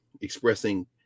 expressing